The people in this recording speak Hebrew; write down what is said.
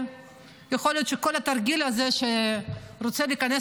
יכול להיות שכל התרגיל הזה שהוא רוצה להיכנס